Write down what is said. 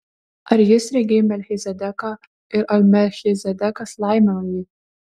ar jis regėjo melchizedeką ir ar melchizedekas laimino jį